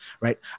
right